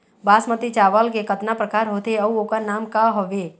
बासमती चावल के कतना प्रकार होथे अउ ओकर नाम क हवे?